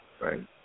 right